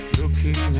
looking